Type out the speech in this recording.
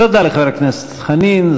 תודה לחבר הכנסת חנין.